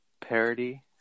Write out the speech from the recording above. parody